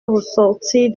ressortir